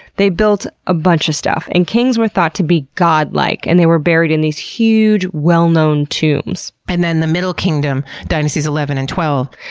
they built a bunch of stuff, and kings were thought to be god-like and were buried in these huge well-known tombs. and then the middle kingdom dynasties eleven and twelve.